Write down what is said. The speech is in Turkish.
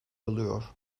oluyor